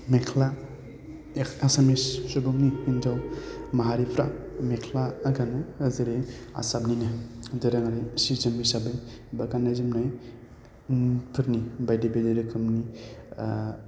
मेख्ला एक आसामिस सुबुंनि हिन्जाव माहारिफ्रा मेख्ला गानो जेरै आसामनिनो दोरोङारि सि जोम हिसाबै बा गाननाय जोमनाय उम फोरनि बायदि बेलेग रोखोमनि